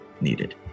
needed